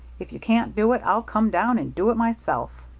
if you can't do it, i'll come down and do it myself.